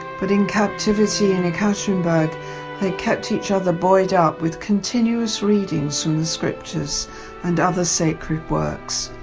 but in captivity in ekaterinburg they kept each other buoyed up with continuous readings from the scriptures and other sacred works,